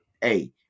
Hey